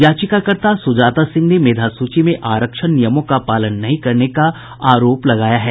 याचिकाकर्ता सुजाता सिंह ने मेधा सूची में आरक्षण नियमों का पालन नहीं करने का आरोप लगाया था